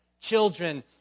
children